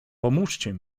pomóżcie